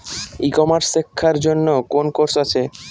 ই commerce শেক্ষার জন্য কোন কোর্স আছে?